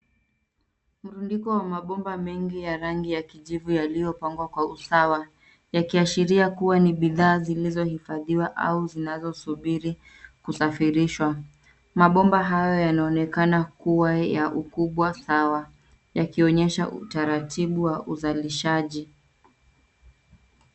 Mrundiko wa mabomba mengi ya rangi ya kijivu yaliyopangwa kwa usawa, yakiashiria kuwa ni bidhaa zilizohifadhiwa au zinazosubiri kusafirishwa. Mabomba haya yanaonekana kuwa ya ukubwa sawa yakionyesha utaratibu wa uzalishaji.